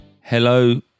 hello